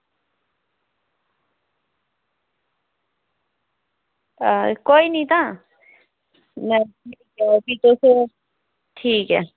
हां कोई नी तां भी तुस ठीक ऐ